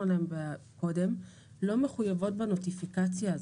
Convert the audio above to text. שדיברנו עליהן קודם לא מחויבות בנוטיפיקציה הזאת.